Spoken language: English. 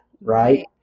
right